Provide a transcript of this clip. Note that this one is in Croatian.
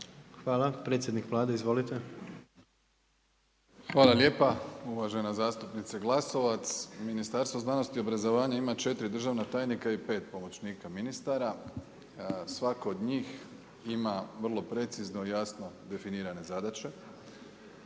Hvala. Predsjednik Vlade, izvolite. **Plenković, Andrej (HDZ)** Hvala lijepa. Uvažena zastupnice Glasovac, Ministarstvo znanosti i obrazovanja ima 4 državna tajnika i 5 pomoćnika ministara. Svako od njih ima vrlo precizno i jasno definirane zadaće,